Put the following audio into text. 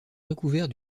recouvert